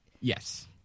Yes